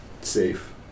safe